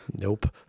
Nope